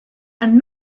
and